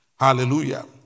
Hallelujah